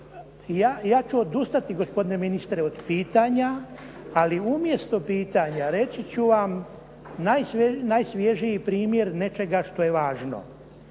ja ću odustati gospodine ministre od pitanja. Ali umjesto pitanja reći ću vam najsvježiji primjer nečega što je važno.